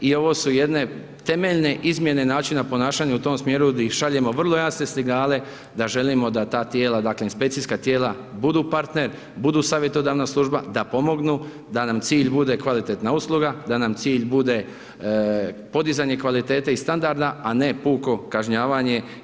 I ovo su jedne temeljne izmjene načina ponašanja u tom smjeru gdje šaljemo vrlo jasne signale da želimo da ta tijela, dakle inspekcijska tijela budu partner, budu savjetodavna služba, da da pomognu, da nam cilj bude kvalitetna usluga, da nam cilj bude podizanje kvalitete i standarda a ne puko kažnjavanje.